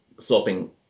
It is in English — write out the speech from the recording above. flopping